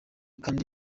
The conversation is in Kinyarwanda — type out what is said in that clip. kandi